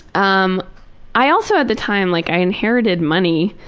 um i also at the time, like i inherited money